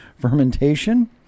fermentation